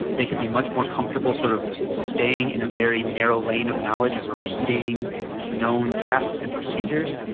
they could be much more comfortable sort of staying in a very narrow lane of knowledge and repeating known tasks and procedures.